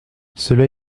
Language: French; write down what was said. cela